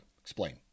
explain